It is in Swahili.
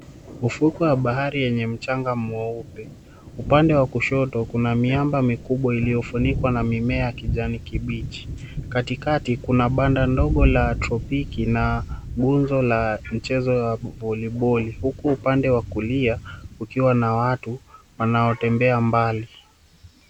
Ufukwe wa bahari wenye mchanga mweupe. Upande wa kushoto kuna miamba mikubwa iliyofunikwa na mimea ya kijani kibichi. Katikati, kuna banda ndogo la tropiki, na nguzo la michezo la voliboli. Huku upande wa kulia kukiwa na watu wanaotembea mbali.